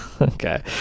okay